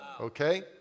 Okay